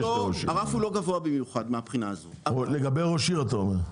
הרף הוא לא גבוה במיוחד מהבחינה הזו --- לגבי ראש עיר אתה אומר?